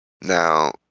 now